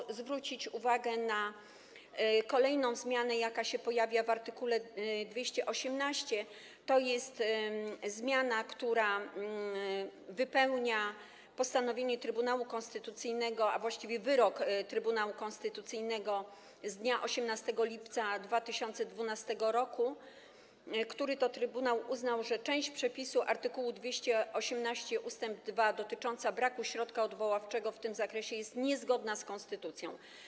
Warto zwrócić uwagę na kolejną zmianę, jaka się pojawia w art. 218, która wypełnia postanowienie Trybunału Konstytucyjnego, a właściwie wyrok Trybunału Konstytucyjnego z dnia 18 lipca 2012 r., który to trybunał uznał, że część przepisu art. 218 ust. 2 dotycząca braku środka odwoławczego w tym zakresie jest niezgodna z konstytucją.